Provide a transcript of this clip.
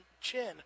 chin